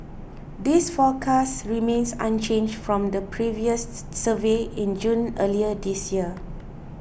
this forecast remains unchanged from the previous survey in June earlier this year